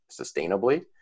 sustainably